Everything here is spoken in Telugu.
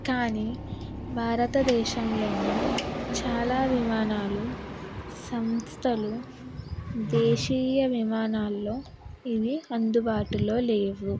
కానీ భారతదేశంలోని చాలా విమానాలు సంస్థలు దేశీయ విమానాల్లో ఇవి అందుబాటులో లేవు